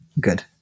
Good